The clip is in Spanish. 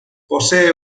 posee